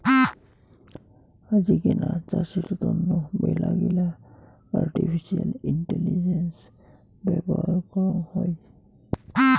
আজিকেনা চাষের তন্ন মেলাগিলা আর্টিফিশিয়াল ইন্টেলিজেন্স ব্যবহার করং হই